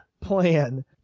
plan